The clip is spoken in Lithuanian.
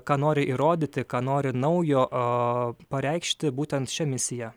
ką nori įrodyti ką nori naujo o pareikšti būtent šia misija